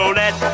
let